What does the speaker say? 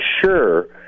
sure